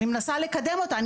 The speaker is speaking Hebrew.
אני מנסה לקדם אותה.